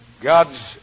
God's